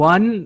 One